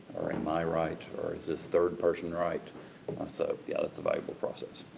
or am i right, or is this third person right. and so, yeah that's a valuable process.